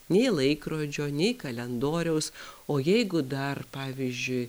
nei laikrodžio nei kalendoriaus o jeigu dar pavyzdžiui